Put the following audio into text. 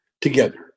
together